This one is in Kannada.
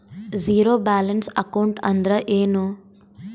ಝೀರೋ ಬ್ಯಾಲೆನ್ಸ್ ಅಕೌಂಟ್ ಅಂದ್ರ ಏನು?